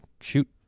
shoot